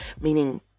Meaning